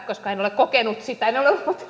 koska en en ole kokenut sitä en